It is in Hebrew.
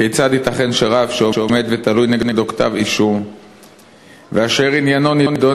1. כיצד ייתכן שרב שעומד ותלוי נגדו כתב אישום ואשר עניינו נדון